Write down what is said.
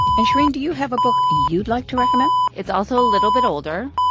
and shereen, do you have a book you'd like to recommend? it's also a little bit older.